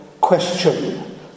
question